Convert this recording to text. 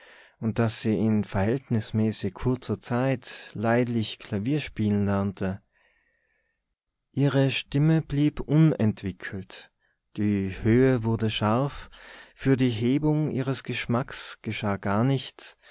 und daß sie in verhältnismäßig kurzer zeit leidlich klavier spielen lernte ihre stimme blieb unentwickelt die höhe wurde scharf für die hebung ihres geschmacks geschah gar nichts